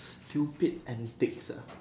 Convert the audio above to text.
stupid antic lah